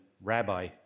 Rabbi